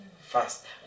Fast